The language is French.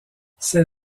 ces